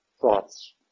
thoughts